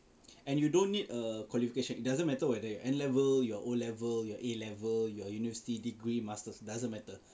and you don't need a qualification it doesn't matter whether you N level you're O level you're A level you're university degree masters doesn't matter